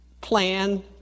Plan